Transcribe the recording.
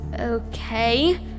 Okay